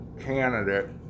candidate